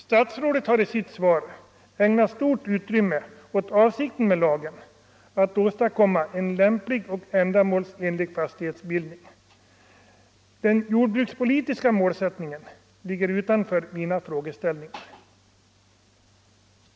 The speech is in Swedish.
Statsrådet har i sitt svar ägnat stort utrymme åt avsikten med lagen: att åstadkomma en lämplig och ändamålsenlig fastighetsbildning. Den jordbrukspolitiska målsättningen ligger utanför mina frågeställningar.